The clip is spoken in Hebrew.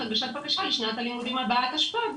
הגשת בקשה לשנת הלימודים הבאה תשפ"ד.